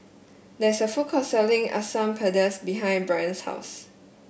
there is a food court selling Asam Pedas behind Brant's house